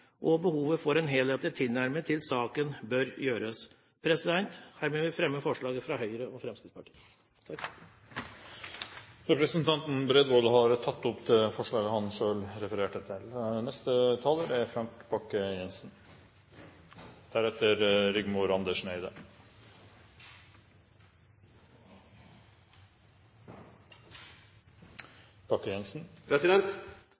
en helhetlig tilnærming til saken. Hermed vil jeg fremme forslaget fra Høyre og Fremskrittspartiet. Representanten Per Roar Bredvold har tatt opp det forslaget han refererte til. Det er